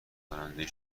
کننده